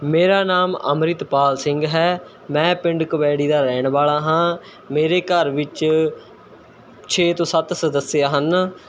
ਮੇਰਾ ਨਾਮ ਅੰਮ੍ਰਿਤਪਾਲ ਸਿੰਘ ਹੈ ਮੈਂ ਪਿੰਡ ਕਬੈੜੀ ਦਾ ਰਹਿਣ ਵਾਲਾ ਹਾਂ ਮੇਰੇ ਘਰ ਵਿੱਚ ਛੇ ਤੋਂ ਸੱਤ ਸਦੱਸਯ ਹਨ